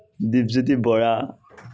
Dipjyoti Bora